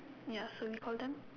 ya so we all done